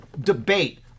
debate